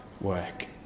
work